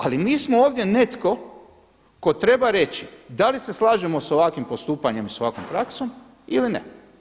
Ali mi smo ovdje netko tko treba reći da li se slažemo sa ovakvim postupanjem ili sa ovakvom praksom ili ne.